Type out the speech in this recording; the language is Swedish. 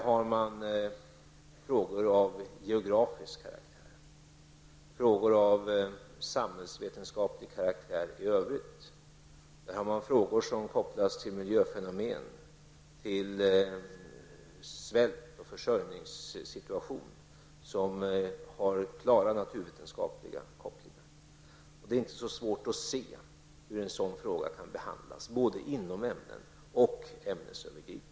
Där finns frågor av geografisk karaktär och sådana av samhällsvetenskaplig karaktär i övrigt. Där ryms också frågor som är kopplade till miljöfenomen, svält och försörjningssituation vilka har klara naturvetenskapliga kopplingar. Det är inte så svårt att se hur en sådan fråga kan behandlas både inom ämnen och ämnesövergripande.